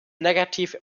negative